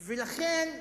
לכן,